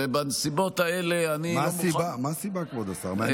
בנסיבות האלה, מה הסיבה, כבוד השר?